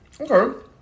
Okay